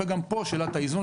וגם פה שאלת האיזון